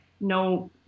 no